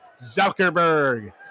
Zuckerberg